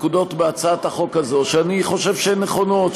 בהצעת החוק הזו לא מעט נקודות שהן נכונות,